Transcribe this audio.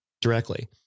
directly